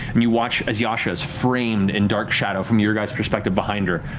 and you watch as yasha's framed in dark shadow, from your guys' perspective behind her,